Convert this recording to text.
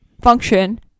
function